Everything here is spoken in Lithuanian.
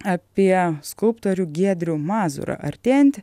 apie skulptorių giedrių mazūrą artėjant